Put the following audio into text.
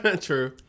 True